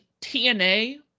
TNA